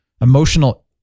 emotional